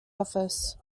office